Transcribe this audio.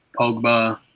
Pogba